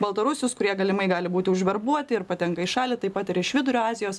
baltarusius kurie galimai gali būti užverbuoti ir patenka į šalį taip pat ir iš vidurio azijos